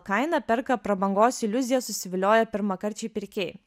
kainą perka prabangos iliuzija susivilioję pirmakarčiai pirkėjai